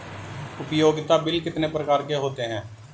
उपयोगिता बिल कितने प्रकार के होते हैं?